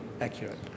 accurate